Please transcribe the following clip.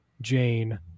Jane